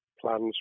plans